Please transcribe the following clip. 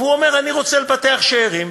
והוא אומר: אני רוצה לבטח שאירים,